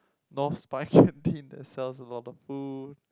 North Spine canteen that sells a lot of food